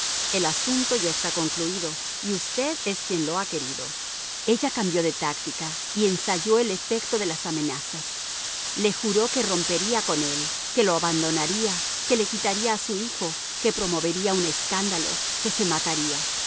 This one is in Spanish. el asunto ya está concluido y usted es quien lo ha querido ella cambió de táctica y ensayó el efecto de las amenazas le juró que rompería con él que lo abandonaría que le quitaría a su hijo que promovería un escándalo que se mataría